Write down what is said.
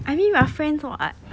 I mean we are friends for ah